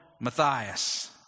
matthias